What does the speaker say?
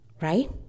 right